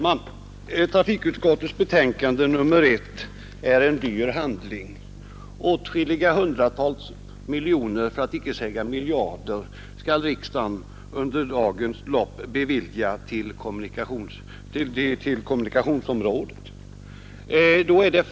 Herr talman! Trafikutskottets betänkande nr 1 är en dyr handling. Under dagens lopp skall riksdagen bevilja åtskilliga hundratals miljoner — för att inte säga miljarder — till kommunikationsområdet.